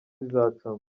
bizacamo